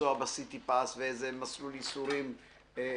לנסוע בסיטי פס, ואיזה מסלול ייסורים עברתם.